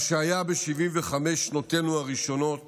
מה שהיה ב-75 שנותינו הראשונות